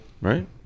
right